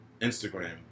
Instagram